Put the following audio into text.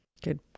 Good